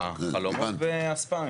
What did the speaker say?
אה, חלומות באספמיה.